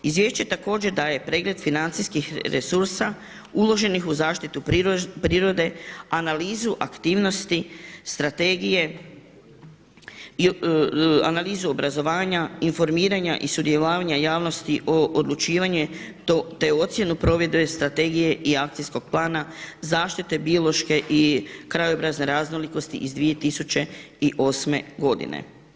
Izvješće također daje pregled financijskih resursa uloženih u zaštitu prirode, analizu aktivnosti, strategije, analizu obrazovanja, informiranja i sudjelovanja javnosti o odlučivanju, te ocjenu provedbe strategije i akcijskog plana, zaštite biološke i krajobrazne raznolikosti iz 2008. godine.